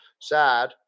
sad